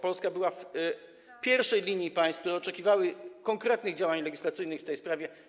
Polska była w pierwszej linii państw, które oczekiwały konkretnych działań legislacyjnych w tej sprawie.